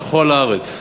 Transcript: בכל הארץ?